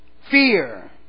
fear